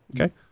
Okay